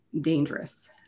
dangerous